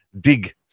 dig